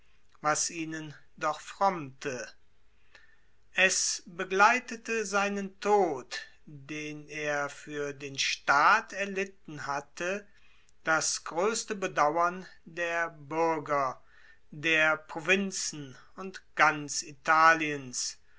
was ihnen frommte es begleitete seinen tod den er für den staat erlitten hatte das größte bedauern der bürgen der provinzen und ganz italiens